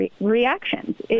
reactions